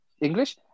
English